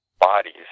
bodies